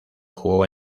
jugó